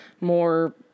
more